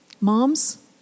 Moms